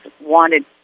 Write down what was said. wanted